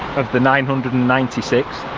of the nine hundred and ninety six.